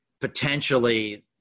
potentially